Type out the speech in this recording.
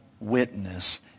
witness